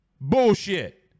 bullshit